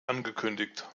angekündigt